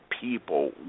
people